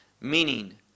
meaning